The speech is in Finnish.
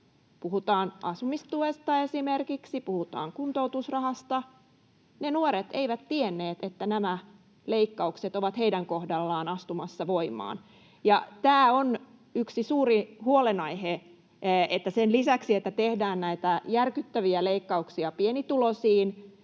Puhutaan esimerkiksi asumistuesta ja kuntoutusrahasta — ne nuoret eivät tienneet, että nämä leikkaukset ovat heidän kohdallaan astumassa voimaan. Tämä on yksi suuri huolenaihe, että sen lisäksi, että tehdään näitä järkyttäviä leikkauksia pienituloisiin,